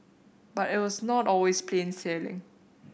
but it was not always plain sailing